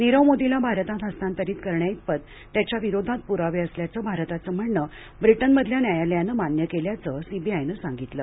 नीरव मोदीला भारतात हस्तांतरित करण्याइतपत त्याच्या विरोधात पुरावे असल्याचं भारताचं म्हणणं ब्रिटनमधल्या न्यायालयानं मान्य केल्याचं सीबीआयनं सांगितलं